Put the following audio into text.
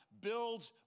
Build